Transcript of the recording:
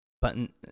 button